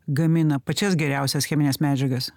gamina pačias geriausias chemines medžiagas